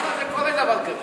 למה קורה דבר כזה?